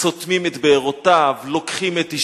סותמים את בארותיו, לוקחים את אשתו,